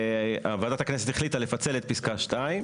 וועדת הכנסת החליטה לפצל את פסקה (2),